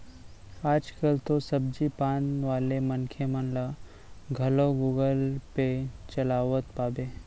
आज कल तो सब्जी पान वाले मनखे मन ल घलौ गुगल पे चलावत पाबे